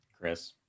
Chris